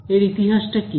এর ইতিহাসটা কী